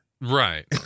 Right